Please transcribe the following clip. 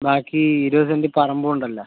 ബാക്കി ഇരുപതു സെൻ്റ് പറമ്പും ഉണ്ടല്ലാ